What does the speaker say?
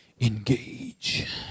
engage